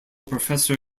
professor